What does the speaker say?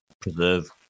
preserve